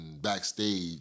backstage